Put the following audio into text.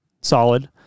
solid